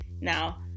Now